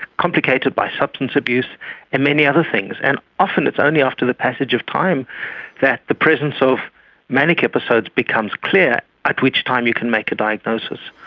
complicated by substance abuse and many other things. and often it's only after the passage of time that the presence of manic episodes become clear, at which time you can make a diagnosis.